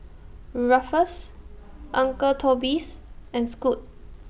Ruffles Uncle Toby's and Scoot